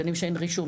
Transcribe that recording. גנים שאין רישום,